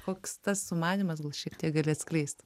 koks tas sumanymas gal šiek tiek gali atskleist